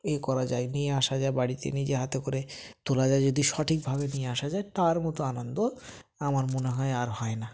এ করা যায় নিয়ে আসা যায় বাড়িতে নিজে হাতে করে তোলা যায় যদি সঠিকভাবে নিয়ে আসা যায় তার মতো আনন্দ আমার মনে হয় আর হয় না